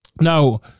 Now